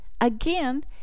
Again